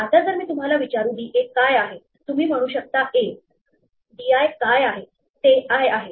आता जर मी तुम्हाला विचारू d a काय आहे तुम्ही म्हणू शकता a d i काय आहे ते i आहे